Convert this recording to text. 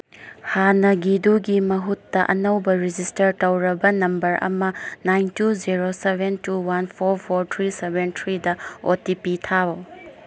ꯍꯥꯟꯅꯒꯤꯗꯨꯒꯤ ꯃꯍꯨꯠꯇ ꯑꯅꯧꯕ ꯔꯦꯖꯤꯁꯇꯔ ꯇꯧꯔꯕ ꯅꯝꯕꯔ ꯑꯃ nine two zero seven two one four four three seven ꯊ꯭ꯔꯤꯗ ꯑꯣ ꯇꯤ ꯄꯤ ꯊꯥꯎ